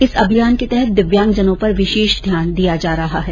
इस अभियान के तहत दिव्यांगजनों पर विशेष ध्यान दिया जा रहा है